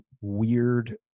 weird